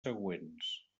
següents